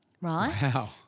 Right